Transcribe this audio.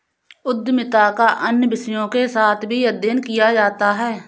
उद्यमिता का अन्य विषयों के साथ भी अध्ययन किया जाता है